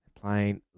playing